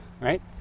right